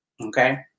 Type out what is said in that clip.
Okay